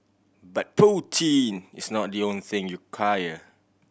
but protein is not the only thing you quire